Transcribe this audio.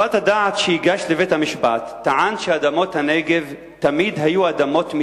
"בחוות הדעת שהגשת לבית-המשפט טענת שאדמות הנגב תמיד היו אדמות מדינה,